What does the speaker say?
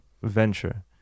venture